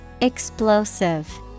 Explosive